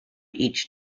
each